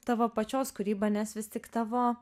tavo pačios kūrybą nes vis tik tavo